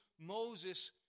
Moses